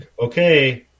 okay